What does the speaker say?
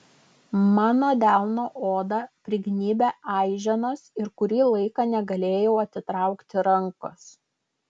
mano delno odą prignybė aiženos ir kurį laiką negalėjau atitraukti rankos